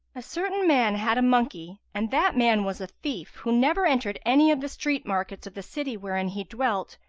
a certain man had a monkey and that man was a thief, who never entered any of the street-markets of the city wherein he dwelt,